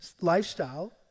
lifestyle